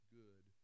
good